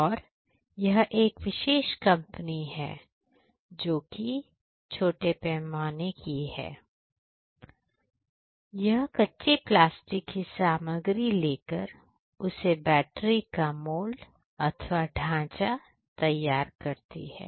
और यह एक विशेष कंपनी है जो कि छोटे पैमाने की है और यह कच्चे प्लास्टिक की सामग्री लेकर उसे बैटरी का मोल्ड अथवा ढांचा तैयार करती हैं